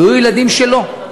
ויהיו ילדים שלא,